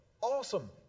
Awesome